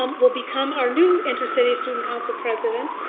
um will become our new intercity student council president.